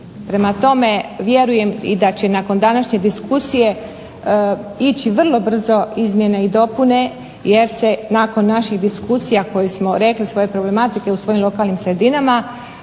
Prema tome vjerujem i da će nakon današnje diskusije ići vrlo brzo izmjene i dopune jer se nakon naših diskusija koje smo rekli svoje problematike u svojim lokalnim sredinama